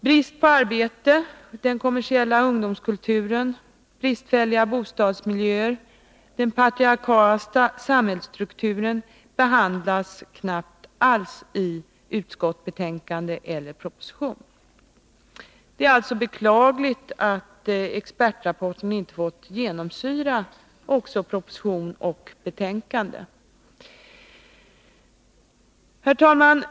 Bristen på arbete, den kommersiella ungdomskulturen, de bristfälliga bostadsmiljöerna och den patriarkaliska samhällsstrukturen behandlas knappast alls. Det är beklagligt att expertrapporten inte har fått genomsyra också proposition och utskottsbetänkande. Herr talman!